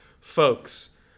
Folks